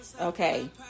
Okay